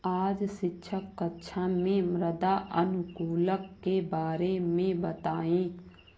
आज शिक्षक कक्षा में मृदा अनुकूलक के बारे में बताएं